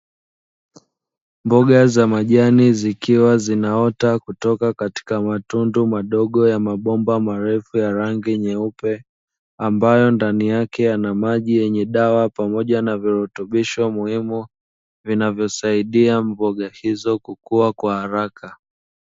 Mboga za majani zikiwa zinaota kutoka katika matundu madogo ya mabomba marefu ya rangi nyeupe, ambayo ndani yake yana maji yenye dawa pamoja na virutubishi muhimu vinavyosaidia mboga hizo kukua kwa haraka.